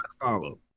follow